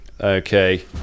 okay